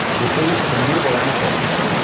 with these formidable assets,